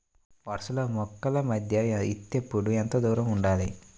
వరసలలో మొక్కల మధ్య విత్తేప్పుడు ఎంతదూరం ఉండాలి?